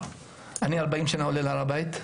אני 40 שנים עולה להר הבית,